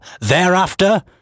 thereafter